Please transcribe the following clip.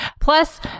plus